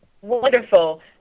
Wonderful